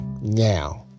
now